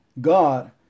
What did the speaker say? God